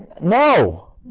no